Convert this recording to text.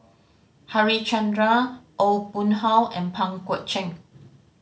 Harichandra Aw Boon Haw and Pang Guek Cheng